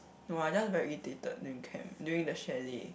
no I just very irritated during camp during the chalet